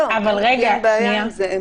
לא, לי אין בעיה עם זה.